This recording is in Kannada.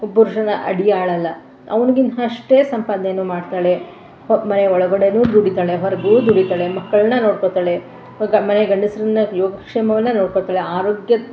ಪುರುಷರ ಅಡಿಯಾಳಲ್ಲ ಅವ್ನ್ಗಿನ್ನಷ್ಟೇ ಸಂಪಾದನೆನೂ ಮಾಡ್ತಾಳೆ ಮನೆ ಒಳಗಡೆಯೂ ದುಡಿತಾಳೆ ಹೊರಗೂ ದುಡಿತಾಳೆ ಮಕ್ಕಳನ್ನ ನೋಡ್ಕೊಳ್ತಾಳೆ ಮನೆ ಗಂಡಸರನ್ನ ಯೋಗ ಕ್ಷೇಮವನ್ನು ನೋಡ್ಕೊಳ್ತಾಳೆ ಅರೋಗ್ಯ